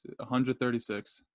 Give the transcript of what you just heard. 136